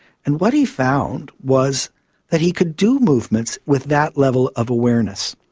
and what he found was that he could do movements with that level of awareness,